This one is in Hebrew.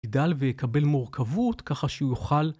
יגדל ויקבל מורכבות ככה שהוא יוכל